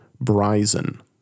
Bryson